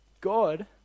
God